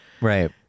Right